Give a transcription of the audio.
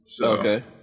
Okay